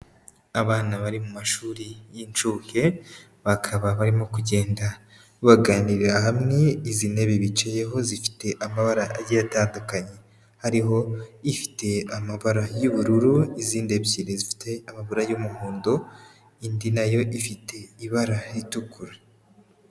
Abana bari mu mashuri y'inshuke, bakaba barimo kugenda baganirira hamwe, izi ntebe bicayeho zifite amabara agiye atandukanye. Hariho ifite amabara y'ubururu, izindi ebyiri zifite amabara y'umuhondo, indi na yo ifite ibara ritukura.